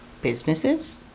Businesses